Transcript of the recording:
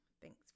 Thanks